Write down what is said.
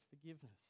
forgiveness